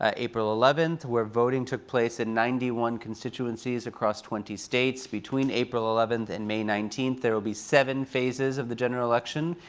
ah april eleventh, where voting took place in ninety one constituencies across twenty states. between april eleventh and may nineteenth, there will be seven phases of the general election,